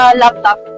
laptop